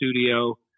studio